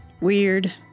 Weird